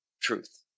truth